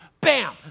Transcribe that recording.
Bam